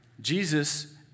Jesus